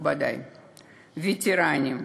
מכובדי הווטרנים,